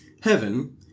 Heaven